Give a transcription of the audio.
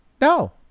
No